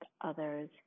others